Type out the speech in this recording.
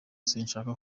sinshaka